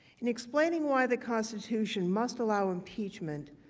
and explaining why the constitution must allow impeachment.